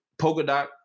Polkadot